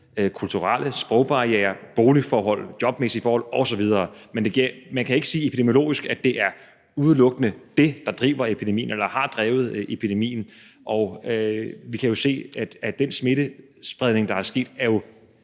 kulturelle forhold, sprogbarrierer, boligforhold, jobmæssige forhold osv. Men man kan ikke sige epidemiologisk, at det udelukkende er det, der driver eller har drevet epidemien. Vi kan jo se den smittespredning, der er sket. Den er